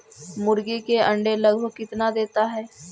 मुर्गी के अंडे लगभग कितना देता है?